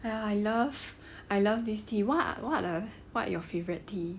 ya I love I love this tea what what are what are your favourite tea